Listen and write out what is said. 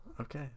Okay